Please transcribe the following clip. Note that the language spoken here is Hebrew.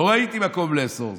לא ראיתי מקום לאסור זאת.